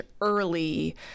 early